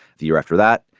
the year after that,